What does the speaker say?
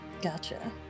Gotcha